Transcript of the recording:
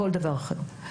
כל דבר אחר.